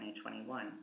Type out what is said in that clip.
2021